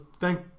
thank